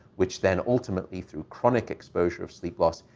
which then ultimately, through chronic exposure of sleep loss,